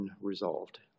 unresolved